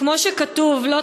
כמו שכתוב: לא תעשוק,